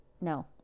No